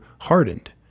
hardened